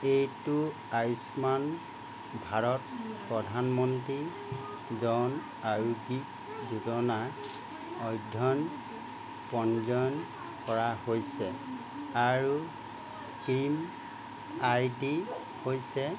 এইটো আয়ুষ্মান ভাৰত প্ৰধানমন্ত্ৰী জন আৰোগী যোজনাৰ অধ্যয়ন পঞ্জীয়ন কৰা হৈছে আৰু ক্ৰিম আইডি হৈছে